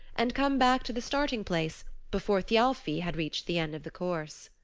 and come back to the starting place before thialfi had reached the end of the course.